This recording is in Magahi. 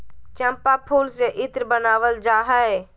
चम्पा फूल से इत्र बनावल जा हइ